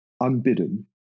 unbidden